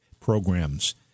programs